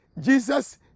Jesus